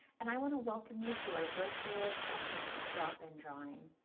and i want to welcome you to our virtual session of drop-in drawing.